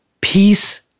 peace